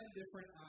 different